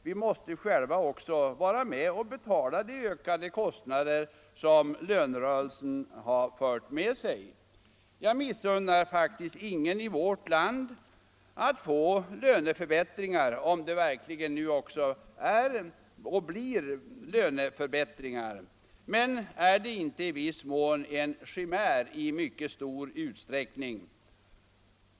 Vi måste också själva vara med och betala de ökade kostnader som lönerörelsen har fört med sig. Jag missunnar ingen i vårt land att få löneförbättring — om det verkligen nu också blev förbättring. Men är det inte en chimär i mycket stor utsträckning?